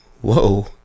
Whoa